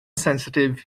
sensitif